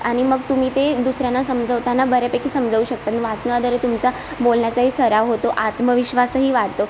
आणि मग तुम्ही ते दुसऱ्यांना समजवताना बऱ्यापैकी समजवू शकतात वाचनाद्वारे तुमचा बोलण्याचाही सराव होतो आत्मविश्वासही वाढतो